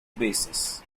basis